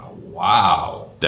Wow